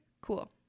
cool